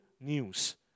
news